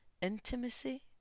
intimacy